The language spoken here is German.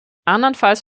andernfalls